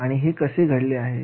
आणि हे कसे घडले आहे